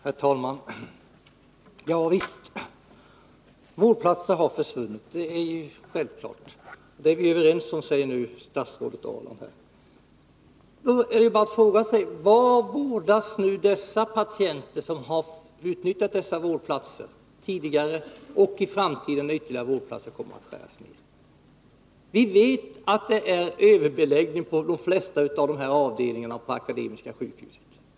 Herr talman! Vårdplatser har försvunnit — det är vi överens om, säger statsrådet Ahrland nu. Då måste man fråga sig: Var vårdas nu de patienter som tidigare utnyttjat dessa vårdplatser? Och var skall de patienter vårdas som kommer att drabbas när ytterligare vårdplatser tas bort? Vi vet att det är överbeläggning på de flesta avdelningar på Akademiska sjukhuset.